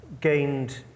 gained